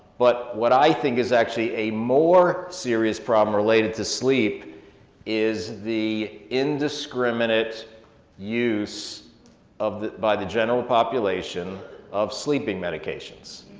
but what i think is actually a more serious problem related to sleep is the indiscriminate use of, by the general population, of sleeping medications.